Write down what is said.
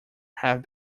have